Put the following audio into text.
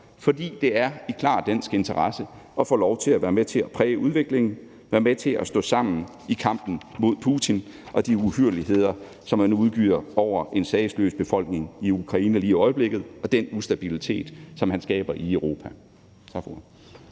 For det er i klar dansk interesse at få lov til at være med til at præge udviklingen og være med til at stå sammen i kampen mod Putin og de uhyrligheder, som han udgyder over en sagesløs befolkning i Ukraine lige i øjeblikket, og den ustabilitet, som han skaber i Europa. Tak for